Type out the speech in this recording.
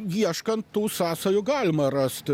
ieškant tų sąsajų galima rasti